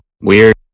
Weird